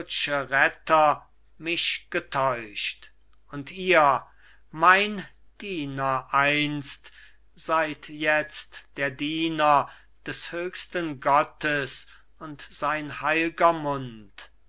mich getäuscht und ihr mein diener einst seid jetzt der diener des höchsten gottes und sein heil'ger mund